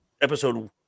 episode